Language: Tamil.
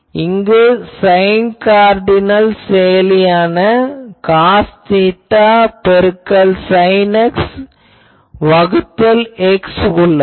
ஆனால் இங்கு சைன் கார்டினல் செயலியான காஸ் தீட்டா பெருக்கல் சைன் X வகுத்தல் X உள்ளது